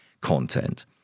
content